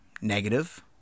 negative